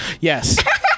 Yes